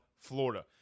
Florida